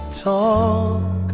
Talk